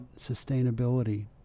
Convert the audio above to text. sustainability